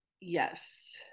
Yes